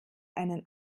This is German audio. einen